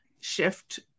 shift